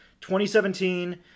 2017